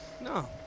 No